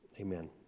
Amen